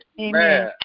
Amen